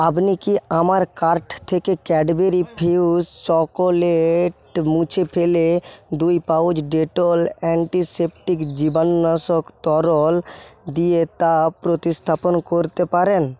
আপনি কি আমার কার্ট থেকে ক্যাডবেরি ফিউস চকোলেট মুছে ফেলে দুই পাউচ ডেটল অ্যান্টিসেপটিক জীবাণুনাশক তরল দিয়ে তা প্রতিস্থাপন করতে পারেন